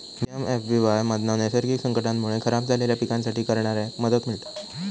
PMFBY मधना नैसर्गिक संकटांमुळे खराब झालेल्या पिकांसाठी करणाऱ्याक मदत मिळता